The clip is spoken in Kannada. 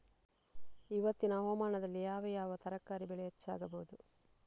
ಇವತ್ತಿನ ಹವಾಮಾನದಲ್ಲಿ ಯಾವ ಯಾವ ತರಕಾರಿ ಬೆಳೆ ಹೆಚ್ಚಾಗಬಹುದು?